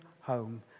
home